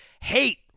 hate